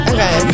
Okay